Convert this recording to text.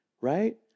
right